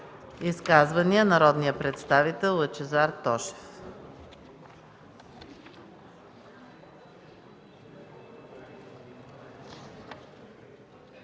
Изказвания? Народният представител Лъчезар Тошев.